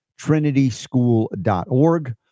TrinitySchool.org